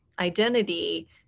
identity